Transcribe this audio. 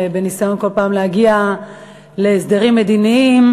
בניסיון כל פעם להגיע להסדרים מדיניים,